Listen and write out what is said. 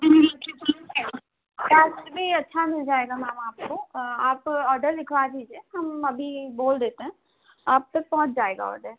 अच्छा मिल जाएगा मैम आपको आप ओर्डर लिखवा दीजिए हम अभी बोल देते हैं आप तक पहुँच जाएगा ओर्डर